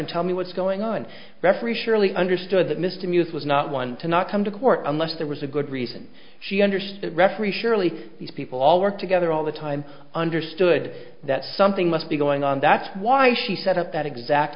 and tell me what's going on referee surely understood that mr music was not one to not come to court unless there was a good reason she understood referee surely these people all work together all the time understood that something must be going on that's why she set up that exact